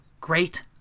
Great